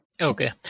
Okay